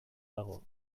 dago